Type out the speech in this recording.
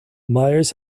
myers